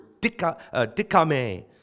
dikame